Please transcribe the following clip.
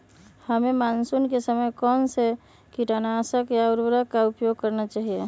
हमें मानसून के समय कौन से किटनाशक या उर्वरक का उपयोग करना चाहिए?